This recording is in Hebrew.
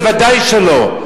ודאי שלא.